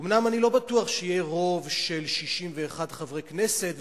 אומנם אני לא בטוח שיהיה רוב של 61 חברי כנסת,